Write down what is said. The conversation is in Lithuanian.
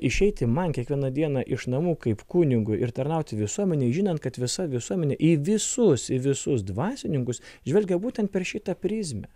išeiti man kiekvieną dieną iš namų kaip kunigui ir tarnauti visuomenei žinant kad visa visuomenė į visus į visus dvasininkus žvelgia būtent per šitą prizmę